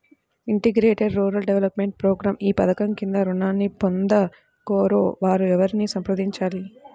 Integrated rural development program ఈ పధకం క్రింద ఋణాన్ని పొందగోరే వారు ఎవరిని సంప్రదించాలి?